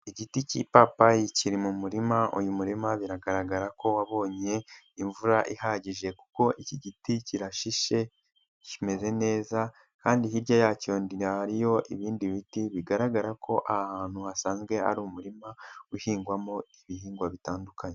Igiti cy'ipapayi kiri mu murima uyu murima biragaragara ko wabonye imvura ihagije kuko iki giti kirashishe, kimeze neza kandi hirya yacyo hariyo ibindi biti bigaragara ko ahantu hasanzwe ari umurima uhingwamo ibihingwa bitandukanye.